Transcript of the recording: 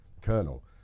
Colonel